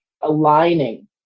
aligning